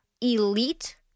elite